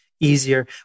easier